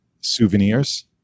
souvenirs